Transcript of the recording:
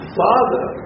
father